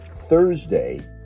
Thursday